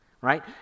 right